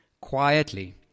quietly